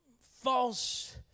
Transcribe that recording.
false